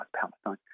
Palestine